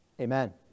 Amen